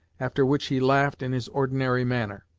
after which he laughed in his ordinary manner.